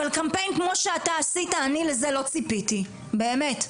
קמפיין כמו שאתה עשית - אני לזה לא ציפיתי, באמת.